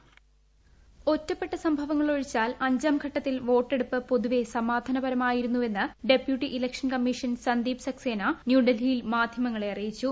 voice ഒറ്റപ്പെട്ട സംഭവങ്ങളൊഴിച്ചാൽ അഞ്ചാംഘട്ടത്തിൽ വോട്ടെടുപ്പ് പൊതുവെ സമാധാനപരമായിരുന്നുവെന്ന് ഡെപ്യൂട്ടി ഇലക്ഷൻ കമ്മീഷണർ സന്ദീപ്സക്സേന ന്യൂഡൽഹിയിൽ മാധ്യമങ്ങളെ അറിയിച്ചു